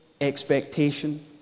expectation